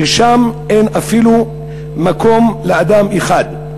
ששם אין אפילו מקום לאדם אחד.